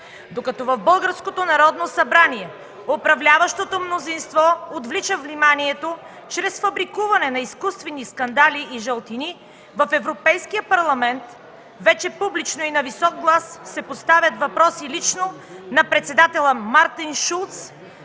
събрание управляващото мнозинство отвлича вниманието чрез фабрикуване на изкуствени скандали и жълтини, в Европейския парламент вече публично и на висок глас се поставят въпроси лично на председателя Мартин Шулц